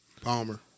Palmer